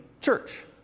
church